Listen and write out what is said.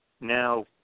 Now